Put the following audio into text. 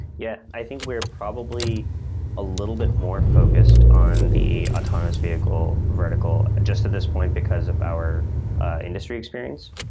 yeah. i think we're probably a little bit more focused on the autonomous vehicle vertical just at this point because of our industry experience.